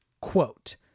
quote